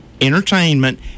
entertainment